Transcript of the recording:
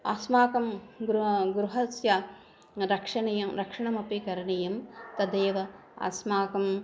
अस्माकं गृ गृहस्य रक्षणीयं रक्षणमपि करणीयं तदेव अस्माकं